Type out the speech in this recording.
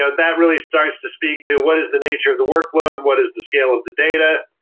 so that really starts to speak to what is the nature of the workload. what is the scale of the data?